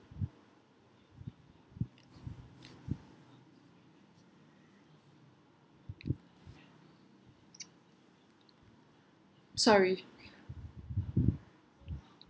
sorry